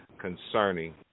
Concerning